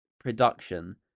production